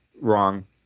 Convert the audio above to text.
wrong